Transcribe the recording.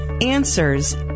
answers